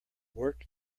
work